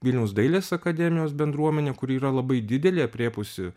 vilniaus dailės akademijos bendruomenė kuri yra labai didelė aprėpusi